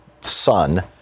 son